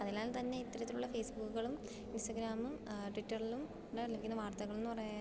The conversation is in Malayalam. അതിനാൽ തന്നെ ഇത്തരത്തിലുള്ള ഫേസ്ബുക്കുകളും ഇൻസ്റ്റഗ്രാമും ട്വിറ്ററിലും ടെ ലഭിക്കുന്ന വാർത്തകളെന്ന് പറയ